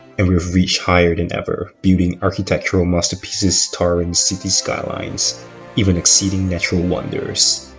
and we've reached higher than ever building architectural masterpieces towering city skylines even exceeding natural wonders